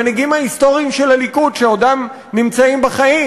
המנהיגים ההיסטוריים של הליכוד שעודם בחיים,